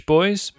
Boys